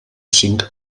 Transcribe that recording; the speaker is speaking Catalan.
cinc